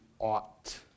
ought